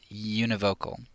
univocal